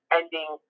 ending